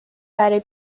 برای